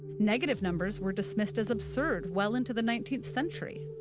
negative numbers were dismissed as absurd well into the nineteenth century.